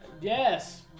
Yes